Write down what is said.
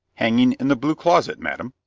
hanging in the blue closet, madam.